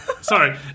Sorry